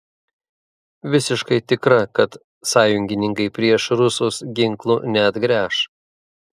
visiškai tikra kad sąjungininkai prieš rusus ginklų neatgręš